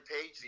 page